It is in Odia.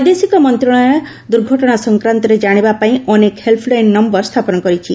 ବୈଦେଶିକ ମନ୍ତ୍ରଣାଳୟ ଦୁର୍ଘଟଣା ସଂକ୍ରାନ୍ତରେ ଜାଣିବା ପାଇଁ ଅନେକ ହେଲ୍ପ୍ ଲାଇନ୍ ନୟର ସ୍ଥାପନ କରିଛି